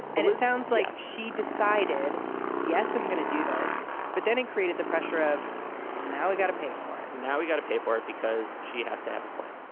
and it sounds like she decided yes i'm going to do this. but then it created the pressure of well now i've got to pay for it now we've got to pay for it because she has to have a plan.